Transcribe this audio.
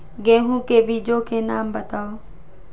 गेहूँ के बीजों के नाम बताओ?